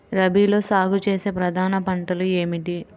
రబీలో సాగు చేసే ప్రధాన పంటలు ఏమిటి?